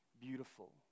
beautiful